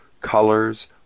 colors